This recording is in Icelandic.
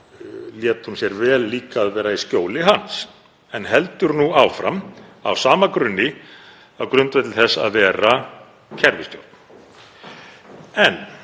lét hún sér vel líka að vera í skjóli hans en heldur nú áfram á sama grunni, á grundvelli þess að vera kerfisstjórn.